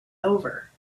over